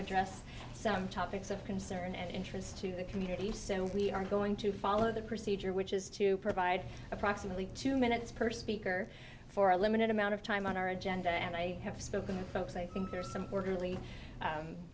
address some topics of concern and interest to the community so we are going to follow the procedure which is to provide approximately two minutes per speaker for a limited amount of time on our agenda and i have spoken to folks i think there's some orderly